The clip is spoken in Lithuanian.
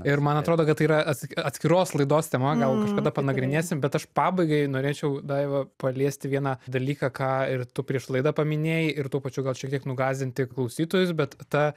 ir man atrodo kad tai yra ats atskiros laidos tema gal kažkada panagrinėsim bet aš pabaigai norėčiau daiva paliesti vieną dalyką ką ir tu prieš laidą paminėjai ir tuo pačiu gal šiek tiek nugąsdinti klausytojus bet ta